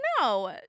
No